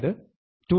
അതായത് 2log